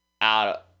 out